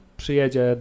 przyjedzie